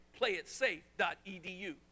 playitsafe.edu